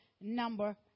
number